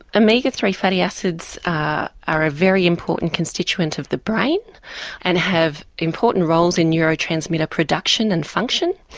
omega three fatty acids are a very important constituent of the brain and have important roles in neuro-transmitter production and function.